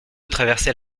traverser